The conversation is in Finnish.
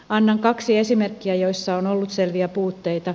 annan kaksi esimerkkiä joissa on ollut selviä puutteita